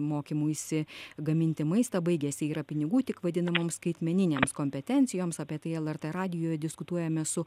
mokymuisi gaminti maistą baigėsi tai yra pinigų tik vadinamoms skaitmeninėms kompetencijoms apie tai lrt radijuje diskutuojame su